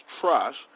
trust